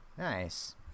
Nice